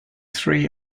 three